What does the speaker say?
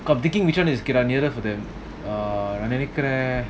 cause I'm thinking which one is okay lah nearer for them err நான்நெனைக்கிறேன்:nan nenaikren